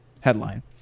Headline